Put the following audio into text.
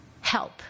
help